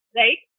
right